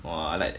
!wah! I like